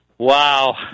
Wow